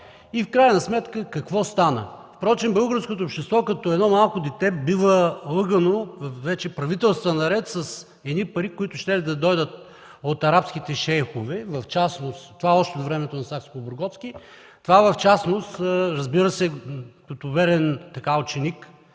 В крайна сметка какво стана? Впрочем българското общество като едно малко дете бива лъгано вече правителства наред с едни пари, които щели да дойдат от арабските шейхове, това е още от времето на Сакскобурготски. Това в частност. Разбира се, като верен ученик